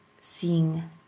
seeing